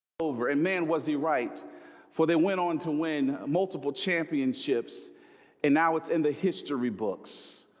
over a man was he right for they went on to win multiple championships and now it's in the history books.